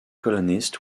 colonists